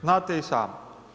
Znate i sami.